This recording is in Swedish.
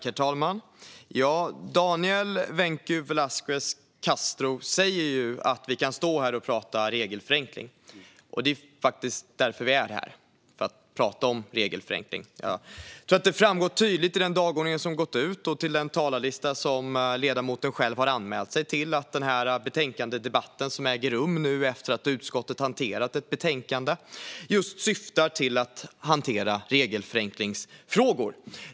Herr talman! Daniel Vencu Velasquez Castro säger att vi kan stå här och prata regelförenkling. Det är faktiskt därför vi är här - för att prata om regelförenkling. Jag tror att det framgår tydligt av den dagordning som har gått ut och av den talarlista som ledamoten själv har anmält sig till att den betänkandedebatt som nu äger rum efter att utskottet tagit fram ett betänkande just syftar till att hantera regelförenklingsfrågor.